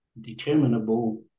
determinable